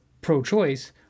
pro-choice